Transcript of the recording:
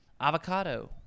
avocado